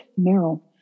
meryl